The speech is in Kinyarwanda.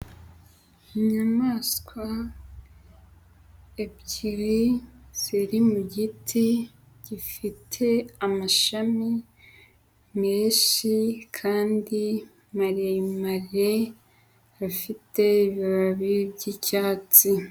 Inyamaswa ebyiri ziri mu giti gifite amashami menshi kandi maremare afite ibibabi by'icyatsi.